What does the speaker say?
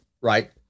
right